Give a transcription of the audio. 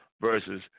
versus